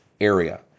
area